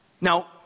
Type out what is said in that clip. Now